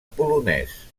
polonès